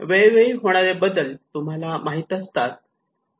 वेळोवेळी होणारे बदल तुम्हाला माहित असतात